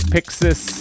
Pixis